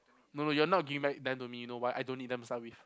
no no you're not giving back them to me you know why I don't need them to start with